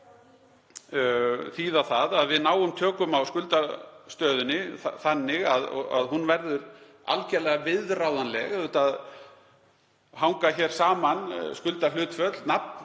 mun þýða það að við náum tökum á skuldastöðunni þannig að hún verði algerlega viðráðanleg. Auðvitað hanga hér saman skuldahlutföll, nafnvirði